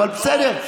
אבל בסדר,